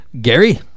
Gary